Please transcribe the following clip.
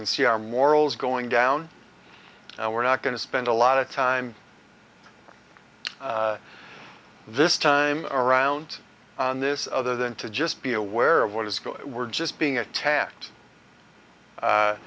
can see our morals going down and we're not going to spend a lot of time this time around on this other than to just be aware of what is going we're just being attacked